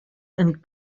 and